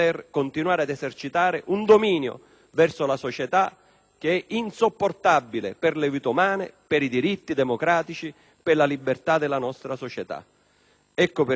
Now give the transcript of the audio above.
verso la società, che è insopportabile per le vite umane, per i diritti democratici, per la libertà della nostra società. Ecco perché queste misure sono importanti